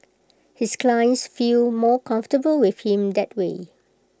his clients feel more comfortable with him that way